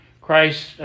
Christ